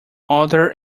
other